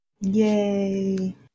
Yay